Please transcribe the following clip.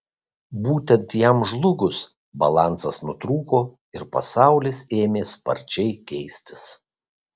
būtent jam žlugus balansas nutrūko ir pasaulis ėmė sparčiai keistis